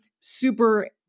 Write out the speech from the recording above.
super